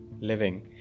living